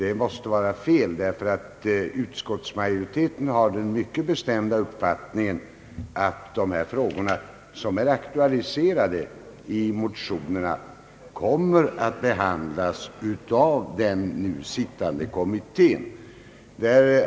Detta måste vara fel, ty utskottsmajoriteten har den mycket bestämda uppfattningen att de frågor som är aktualiserade i motionerna kommer att behandlas av den nu sittande kommittén.